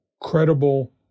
credible